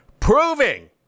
Proving